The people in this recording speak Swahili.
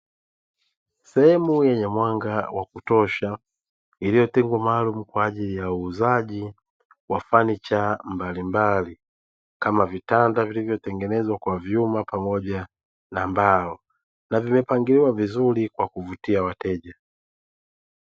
Sehemu yenye mwanga wa kutosha iliyotengwa maalum kwa ajili ya uuzaji wa samani mbalimbali, kama vitanda vilivyotengenezwa kwa vyuma pamoja na mbao na vimepangiliwa vizuri kwa kuvutia wateja.